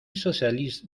socialiste